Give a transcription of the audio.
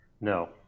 no